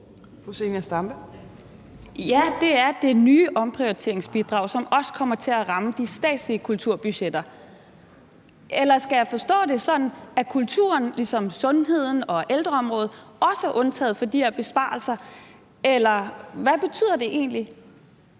Ja, det er det nye omprioriteringsbidrag, som også kommer til at ramme de statslige kulturbudgetter. Eller skal jeg forstå det sådan, at kulturen ligesom sundheds- og ældreområdet også er undtaget fra de her besparelser? Eller hvad betyder det egentlig?